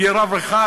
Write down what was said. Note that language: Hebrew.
יהיה רב אחד,